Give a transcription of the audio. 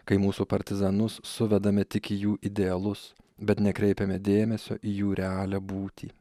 kai mūsų partizanus suvedame tik į jų idealus bet nekreipiame dėmesio į jų realią būtį